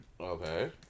Okay